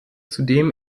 zudem